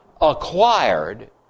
acquired